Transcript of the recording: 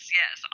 yes